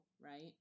right